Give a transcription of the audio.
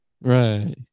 Right